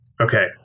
Okay